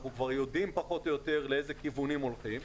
אנחנו כבר יודעים פחות או יותר לאיזה כיוונים הולכים.